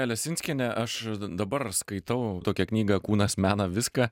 lesinskiene aš dabar skaitau tokią knygą kūnas mena viską